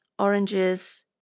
oranges